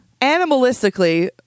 animalistically